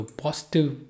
positive